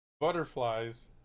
butterflies